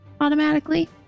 automatically